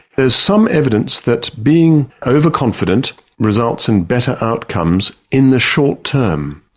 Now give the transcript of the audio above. there is some evidence that being overconfident results in better outcomes in the short term.